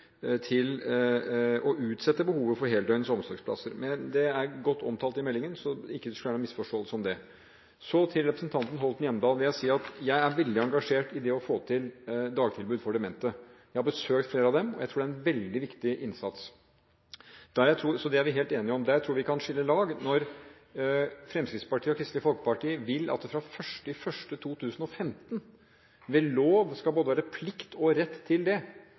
til å utsette behovet for heldøgns omsorgsplasser. Men dette er godt omtalt i meldingen, så det skulle ikke være noen misforståelse om det. Til representanten Hjemdal vil jeg si at jeg er veldig engasjert i det å få til dagtilbud for demente. Jeg har besøkt flere av dem, og jeg tror dette er en veldig viktig innsats. Så det er vi helt enige om, men der jeg tror vi kan skille lag, er når Fremskrittspartiet og Kristelig Folkeparti vil at det fra 1. januar 2015 ved lov skal være både plikt og rett til dagtilbud for personer med demens. Representanten sier også at det